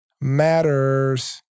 matters